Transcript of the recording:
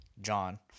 John